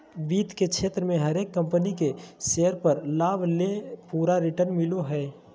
वित्त के क्षेत्र मे हरेक कम्पनी के शेयर पर लाभ ले पूरा रिटर्न मिलो हय